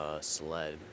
sled